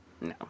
No